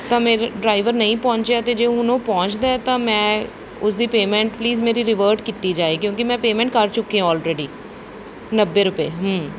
ਤਾਂ ਮੇਰਾ ਡਰਾਈਵਰ ਨਹੀਂ ਪਹੁੰਚਿਆ ਅਤੇ ਹੁਣ ਜੇ ਉਹ ਪਹੁੰਚਦਾ ਤਾਂ ਮੈਂ ਉਸਦੀ ਪੇਮੈਂਟ ਪਲੀਜ਼ ਮੇਰੀ ਰੀਵਰਟ ਕੀਤੀ ਜਾਏ ਕਿਉਂਕਿ ਮੈਂ ਪੇਮੈਂਟ ਕਰ ਚੁੱਕੀ ਔਲਰੇਡੀ ਨੱਬੇ ਰੁਪਏ